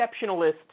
exceptionalist